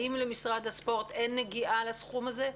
האם למשרד הספורט אין נגיעה לסכום הזה?